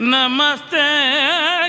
Namaste